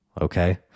okay